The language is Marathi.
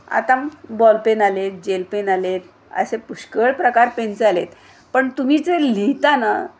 आता बॉल पेन आले आहेत जेल पेन आले आहेत असे पुष्कळ प्रकार पेनचे आले आहे पण तुम्ही जे लिहिता ना